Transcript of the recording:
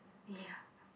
yeah